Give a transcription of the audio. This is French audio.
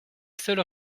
seuls